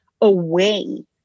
away